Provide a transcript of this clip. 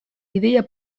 ideia